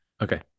okay